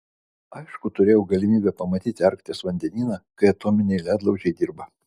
aišku turėjau galimybę pamatyti arkties vandenyną kai atominiai ledlaužiai dirba